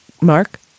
Mark